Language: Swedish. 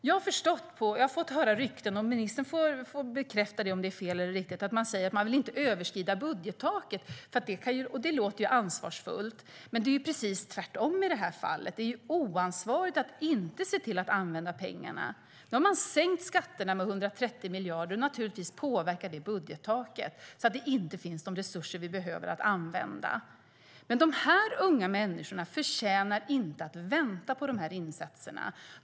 Jag har fått höra rykten - ministern får bekräfta dem eller inte. Man säger att man inte vill överskriva budgettaket. Det låter ju ansvarsfullt. Men i det här fallet är det precis tvärtom. Det är oansvarigt att inte se till att använda pengarna. Man har sänkt skatterna med 130 miljarder, och naturligtvis påverkar det budgettaket, så att det inte finns de resurser som vi behöver använda. De här unga människorna förtjänar inte att vänta på de här insatserna.